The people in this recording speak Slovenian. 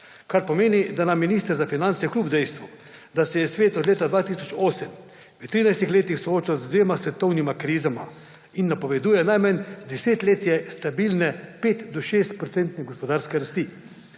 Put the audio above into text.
kar pomeni, da nam minister za finance kljub dejstvu, da se je svet od leta 2008 v 13 letih soočal z dvema svetovnima krizama, napoveduje najmanj desetletje stabilne 5- do 6-procentne gospodarske rasti,